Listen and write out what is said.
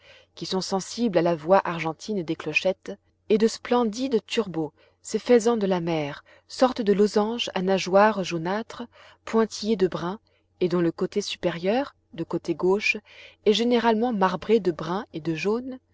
qui sont sensibles à la voix argentine des clochettes et de splendides turbots ces faisans de la mer sortes de losanges à nageoires jaunâtres pointillés de brun et dont le coté supérieur le côté gauche est généralement marbré de brun et de jaune